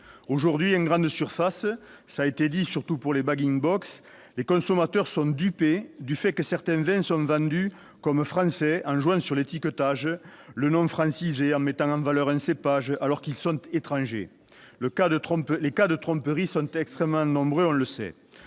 Aujourd'hui, en grandes surfaces, cela a été dit surtout pour les, les consommateurs sont dupés du fait que certains vins sont vendus comme français, en jouant sur l'étiquetage, le nom francisé, en mettant en valeur un cépage, alors qu'ils sont étrangers. Les cas de tromperie sont extrêmement nombreux, on le sait.